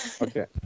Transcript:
Okay